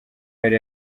yari